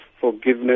forgiveness